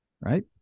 right